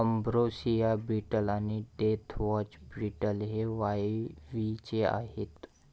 ambrosia beetle आणि deathwatch beetle हे वाळवीचे आहेत